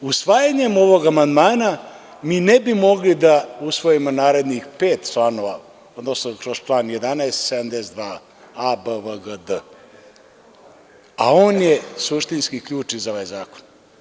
Usvajanjem ovog amandmana mi ne bi mogli da usvojim narednih pet članova, odnosno kroz član 11, 72a, b, v, g, d, a on je suštinski ključ za ovaj zakon.